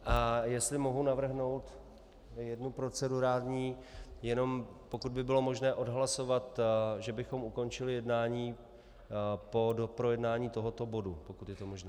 A jestli mohu navrhnout jednu procedurální jenom pokud by bylo možné odhlasovat, že bychom ukončili jednání po doprojednání tohoto bodu, pokud je to možné.